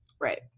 Right